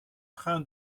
train